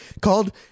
called